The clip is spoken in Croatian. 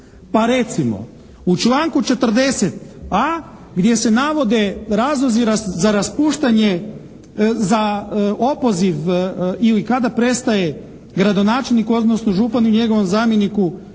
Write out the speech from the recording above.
pa recimo, u članku 40. a, gdje se navode razlozi za raspuštanje za opoziv ili kada prestaje gradonačelniku odnosno županu i njegovom zamjeniku